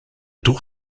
droeg